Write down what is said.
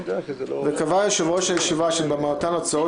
וקבע יושב-ראש הישיבה שהן במהותן הצעות